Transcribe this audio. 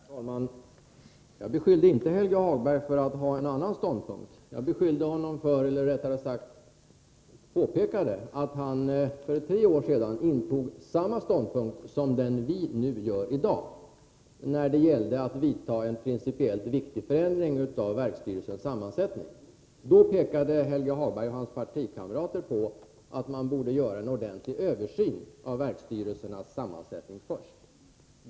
Herr talman! Jag beskyllde inte Helge Hagberg för att ha en annan ståndpunkt. Jag beskyllde honom för, eller rättare sagt påpekade, att han för tre år sedan intog samma ståndpunkt som vi intar i dag när det gäller att genomföra en principiellt viktig förändring av verksstyrelsernas sammansättning. Då pekade Helge Hagberg och hans partikamrater på att man först borde göra en ordentlig översyn av verksstyrelsernas sammansättning.